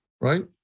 right